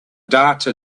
data